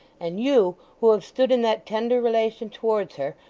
and you, who have stood in that tender relation towards her,